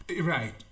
Right